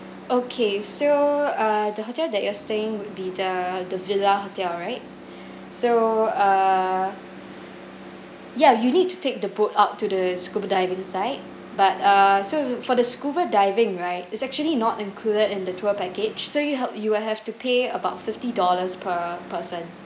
okay so err the hotel that you're staying would be the the villa hotel right so err ya you need to take the boat out to the scuba diving site but err so for the scuba diving right it's actually not included in the tour package so you ha~ you will have to pay about fifty dollars per person